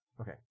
Okay